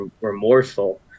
remorseful